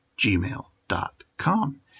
gmail.com